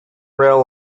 rail